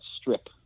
strip